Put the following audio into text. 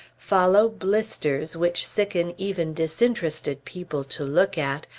follow blisters which sicken even disinterested people to look at,